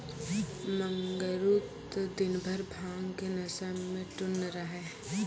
मंगरू त दिनभर भांग के नशा मॅ टुन्न रहै